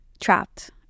trapped